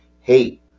hate